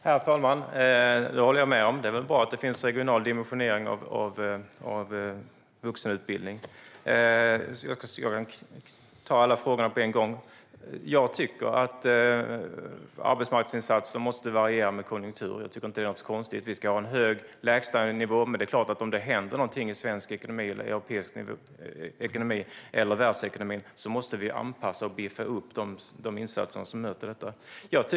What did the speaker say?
Herr talman! Det håller jag med om. Det är väl bra att det finns regional dimensionering av vuxenutbildning. Jag ska ta alla frågorna på en gång. Arbetsmarknadsinsatser måste variera med konjunkturer. Det är inte något konstigt. Vi ska ha en hög lägstanivå. Men om det händer någonting i svensk ekonomi, europeisk ekonomi eller världsekonomin måste vi anpassa och biffa upp insatser som möter detta.